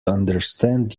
understand